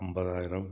ஐம்பதாயிரம்